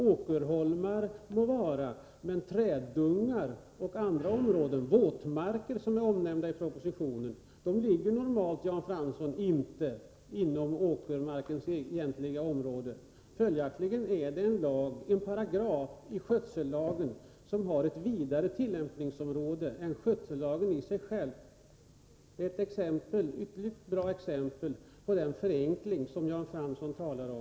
Åkerholmar må vara, men träddungar och andra områden — t.ex. våtmarker, som är omnämnda i propositionen — ligger normalt inte, Jan Fransson, inom åkermarkens egentliga område. Följaktligen är det fråga om en paragraf i skötsellagen som har ett vidare tillämpningsområde än skötsellagen i sig själv. Det är ett ytterligt bra exempel på den förenkling som Jan Fransson talar om.